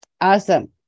awesome